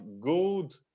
good